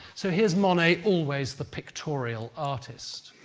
so, here's monet, always the pictorial artist.